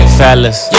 fellas